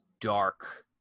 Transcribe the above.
dark